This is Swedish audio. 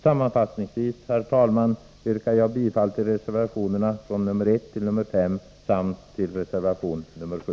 Sammanfattningsvis, herr talman, yrkar jag bifall till reservationerna 1-5 samt till reservation 7.